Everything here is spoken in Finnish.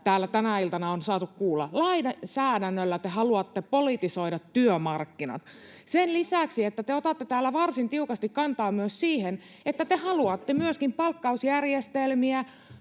täällä tänä iltana on saatu kuulla. Lainsäädännöllä te haluatte politisoida työmarkkinat. Sen lisäksi, että te otatte täällä varsin tiukasti kantaa myös siihen, että te haluatte myöskin palkkausjärjestelmiä,